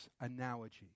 analogy